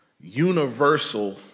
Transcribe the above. universal